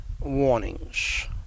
warnings